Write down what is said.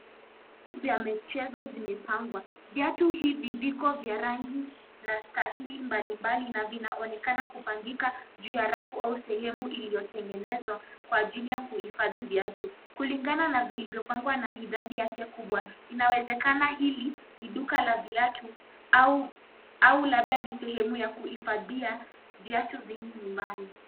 Vya michezo vimepangwa. Viatu hivi viko vya rangi na stahii mbalimbali, na vinaonekana kupangika juu ya rafu au sehemu iliyotengenezwa, kwa ajili ya kuhifadhi viatu. Kulingana na vilivyopangwa na idadi yake kubwa, inawezekana hili ni duka la viatu, au labda ni sehemu ya kuhifadhia viatu vingi nyumbani.